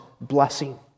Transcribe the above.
blessing